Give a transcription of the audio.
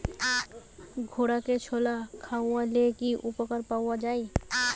ঘোড়াকে ছোলা খাওয়ালে কি উপকার পাওয়া যায়?